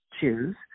choose